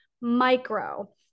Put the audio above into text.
micro